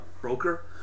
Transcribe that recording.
broker